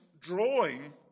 drawing